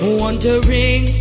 wondering